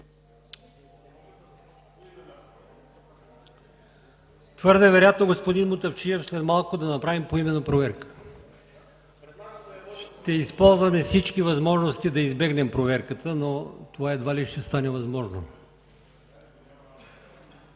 Твърде вероятно е, господин Мутафчиев, след малко да направим поименна проверка. Ще използваме всички възможности да я избегнем, но това едва ли ще е възможно.